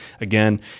Again